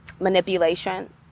manipulation